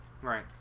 Right